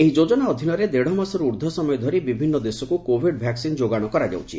ଏହି ଯୋଜନା ଅଧୀନରେ ଦେଢ଼ମାସରୁ ଊର୍ଦ୍ଧ୍ୱ ସମୟ ଧରି ବିଭିନ୍ନ ଦେଶକୁ କୋଭିଡ ଭାକ୍ୱିନ୍ ଯୋଗାଣ କରାଯାଉଛି